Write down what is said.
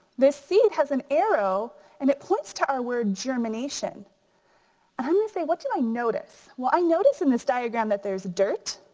this seed has an arrow and it points to our word germination. and i'm gonna say, what do i notice? well i notice in this diagram that there's dirt,